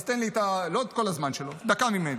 אז תן לי, לא את כל הזמן שלו, דקה ממנו.